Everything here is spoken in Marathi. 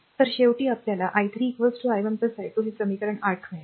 तर शेवटी आपल्याला i3 i1 i2 हे समीकरण 8 मिळेल